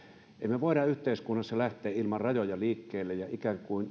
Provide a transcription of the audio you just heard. me voi yhteiskunnassa lähteä ilman rajoja liikkeelle niin että ikään kuin